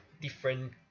different